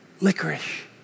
licorice